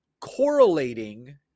correlating